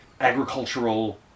agricultural